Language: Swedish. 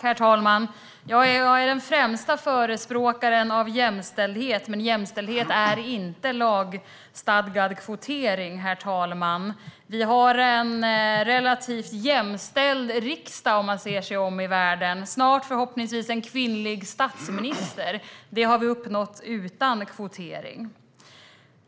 Herr talman! Jag är den främsta förespråkaren för jämställdhet, men lagstadgad kvotering är inte jämställdhet. Vi har en relativt jämställd riksdag om man ser sig om i världen och jämför med andra länder, och snart har vi förhoppningsvis också en kvinnlig statsminister. Det har vi uppnått utan kvotering.